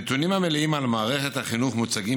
הנתונים המלאים על מערכת החינוך מוצגים